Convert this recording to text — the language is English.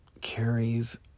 carries